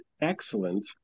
excellent